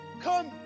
Come